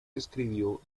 escribió